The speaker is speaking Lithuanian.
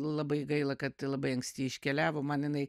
labai gaila kad labai anksti iškeliavo man jinai